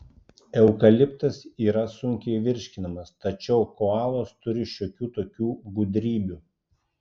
eukaliptas yra sunkiai virškinamas tačiau koalos turi šiokių tokių gudrybių